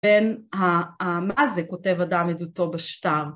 בין ה.. המה זה כותב אדם עדותו בשטר?